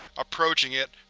approaching it,